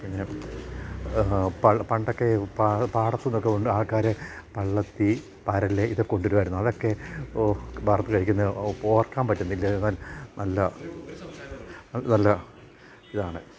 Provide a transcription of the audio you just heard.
പിന്നെ പ പണ്ടൊക്കെ പാ പാടത്തു നിന്നൊക്കെ കൊണ്ട് ആൾക്കാർ പള്ളത്തി പരൽ ഇതൊക്കെ കൊണ്ടു വരുമായിരുന്നു അതൊക്കെ വറുത്ത് കഴിക്കുന്നത് ഓർക്കാൻ പറ്റുന്നില്ല എന്നാൽ നല്ലതാണ് നല്ല ഇതാണ്